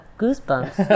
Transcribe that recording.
goosebumps